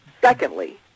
Secondly